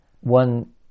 one